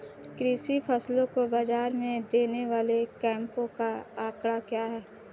कृषि फसलों को बाज़ार में देने वाले कैंपों का आंकड़ा क्या है?